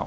now